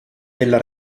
della